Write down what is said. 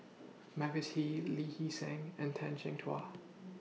Mavis Hee Lee Hee Seng and Tan Chin Tua